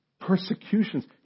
Persecutions